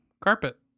carpet